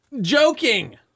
joking